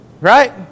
Right